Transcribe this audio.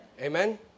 Amen